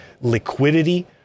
Liquidity